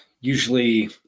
usually